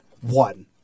one